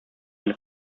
eine